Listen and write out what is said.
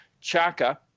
Chaka